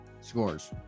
Scores